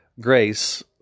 grace